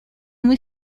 muy